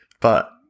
But-